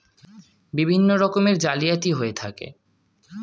বিভিন্ন রকমের জালিয়াতি হয়ে থাকে